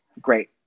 great